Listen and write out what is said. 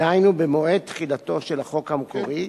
דהיינו במועד תחילתו של החוק המקורי,